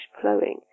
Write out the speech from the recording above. flowing